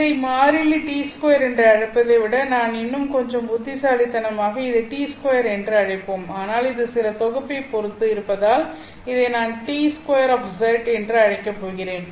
இதை மாறிலி T2 என்று அழைப்பதை விட நாம் இன்னும் கொஞ்சம் புத்திசாலித்தனமாக இதை t2 என்று அழைப்போம் ஆனால் இது சில தொகுப்பைப் பொறுத்து இருப்பதால் இதை நான் T2 என்று அழைக்கப் போகிறேன்